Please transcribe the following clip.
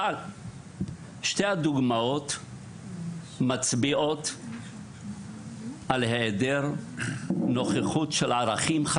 שתי הדוגמאות מצביעות על היעדר נוכחות של ערכים,